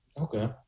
Okay